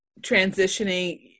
transitioning